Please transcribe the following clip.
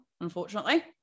unfortunately